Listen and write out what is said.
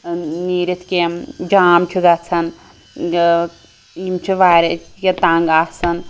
نیٖرِتھ کیٚنٛہہ جام چھُ گَژھان یم چھِ واریاہ تنٛگ آسان